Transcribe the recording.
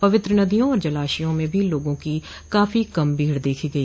पवित्र नदियों और जलाशयों में भी लोगों की काफी कम भीड़ देखी गई